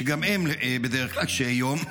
שגם הם בדרך קשי-יום,